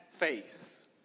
face